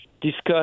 discuss